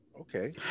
okay